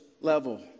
level